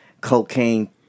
cocaine